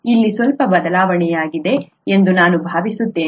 ಇಲ್ಲಿ ಸ್ವಲ್ಪ ಬದಲಾವಣೆಯಾಗಿದೆ ಎಂದು ನಾನು ಭಾವಿಸುತ್ತೇನೆ